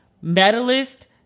medalist